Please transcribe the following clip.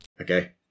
Okay